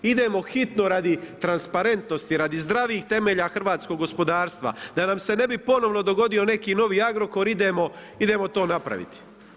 Idemo hitno radi transparentnosti, radu zdravih temelja hrvatskog gospodarstva da nam se ne bi ponovno dogodio neki novi Agrokor, idemo to napraviti.